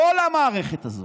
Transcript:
כל המערכת הזאת.